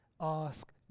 ask